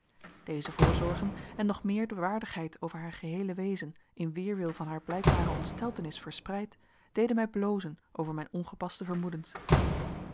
deze voorzorgen en nog meer de waardigheid over haar geheele wezen in weerwil van haar blijkbare ontsteltenis verspreid deden mij blozen over mijn ongepaste vermoedens